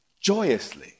Joyously